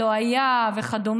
לא היה וכדומה,